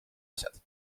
asjad